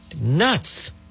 Nuts